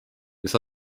mis